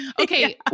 Okay